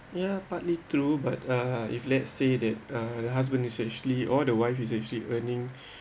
ya partly true but uh if let's say that uh the husband is actually all the wife is actually earning